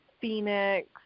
Phoenix